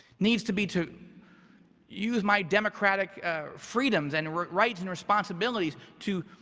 needs to be to use my democratic freedoms and rights and responsibilities to